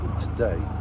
today